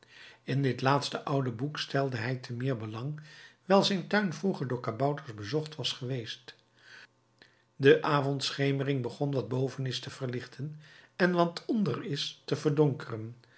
in dit laatste oude boek stelde hij te meer belang wijl zijn tuin vroeger door kabouters bezocht was geweest de avondschemering begon wat boven is te verlichten en wat onder is te verdonkeren